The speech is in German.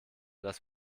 das